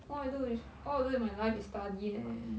all I do is all I do in my life is study eh